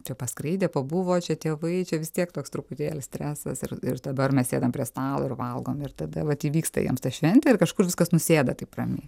čia paskraidė pabuvo čia tėvai čia vis tiek toks truputėlį stresas ir ir dabar mes sėdam prie stalo ir valgom ir tada vat įvyksta jiems ta šventė ir kažkur viskas nusėda taip ramiai